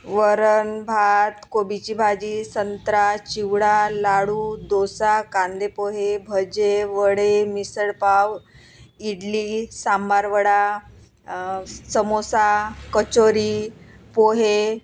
वरण भात कोबीची भाजी संत्रा चिवडा लाडू डोसा कांदे पोहे भजे वडे मिसळपाव इडली सांबार वडा समोसा कचोरी पोहे